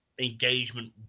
engagement